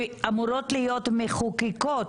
שאמורות להיות מחוקקות,